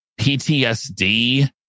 PTSD